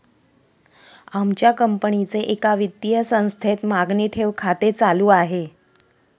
आमच्या कंपनीचे एका वित्तीय संस्थेत मागणी ठेव खाते चालू आहे